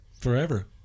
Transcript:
Forever